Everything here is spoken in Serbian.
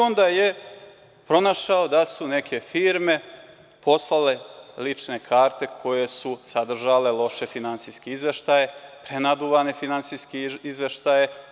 Onda je pronašao da su neke firme poslale lične karte koje su sadržale loše finansijske izveštaje, prenaduvane finansijske izveštaje.